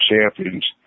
champions